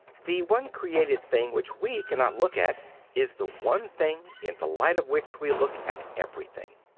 the one created thing which we cannot look at is the one thing in the light of which we look at everything.